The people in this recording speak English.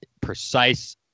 precise